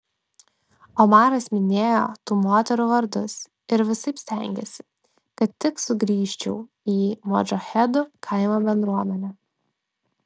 omaras minėjo tų moterų vardus ir visaip stengėsi kad tik sugrįžčiau į modžahedų kaimo bendruomenę